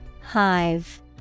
hive